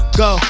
go